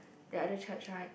the other church right